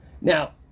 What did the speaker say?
Now